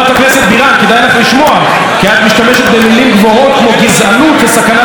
כדאי לך לשמוע כי את משתמשת במילים גבוהות כמו גזענות וסכנה לדמוקרטיה,